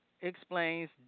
explains